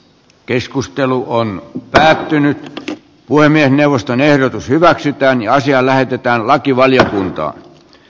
keskustelu on lähtenyt puhemiesneuvoston ehdotus hyväksytään ja asia lähetetään lakivaliokuntaan